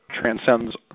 transcends